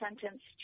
sentenced